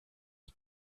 die